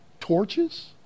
torches